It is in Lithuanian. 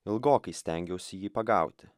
ilgokai stengiausi jį pagauti